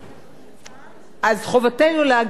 אז חובתנו להגן על היצירה הזאת,